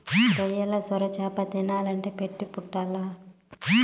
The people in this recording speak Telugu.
రొయ్యలు, సొరచేపలు తినాలంటే పెట్టి పుట్టాల్ల